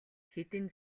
хэдэн